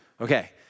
Okay